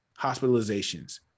hospitalizations